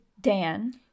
Dan